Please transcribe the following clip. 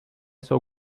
eso